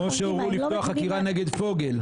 כמו שהורו לפתוח חקירה נגד פוגל.